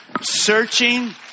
Searching